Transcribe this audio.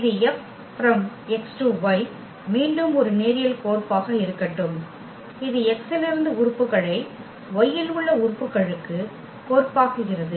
இது F X→Y மீண்டும் ஒரு நேரியல் கோர்ப்பாக இருக்கட்டும் இது X இலிருந்து உறுப்புகளை Y இல் உள்ள உறுப்புகளுக்கு கோர்ப்பாக்குகிறது